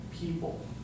people